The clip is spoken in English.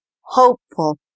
hopeful